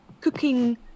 cooking